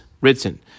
written